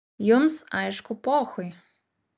jums aišku pochui